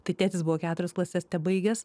tai tėtis buvo keturias klases tebaigęs